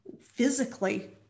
physically